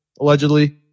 allegedly